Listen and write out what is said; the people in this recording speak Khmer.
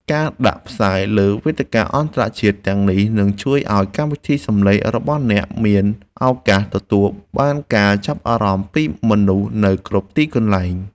ការដាក់ផ្សាយលើវេទិកាអន្តរជាតិទាំងនេះនឹងជួយឱ្យកម្មវិធីសំឡេងរបស់អ្នកមានឱកាសទទួលបានការចាប់អារម្មណ៍ពីមនុស្សនៅគ្រប់ទីកន្លែង។